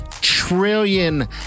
trillion